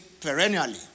perennially